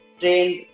trained